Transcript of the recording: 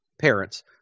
parents